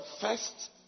first